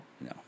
No